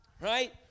right